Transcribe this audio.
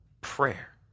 prayer